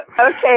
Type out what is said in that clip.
okay